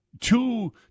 Two